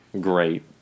great